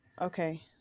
Okay